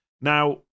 Now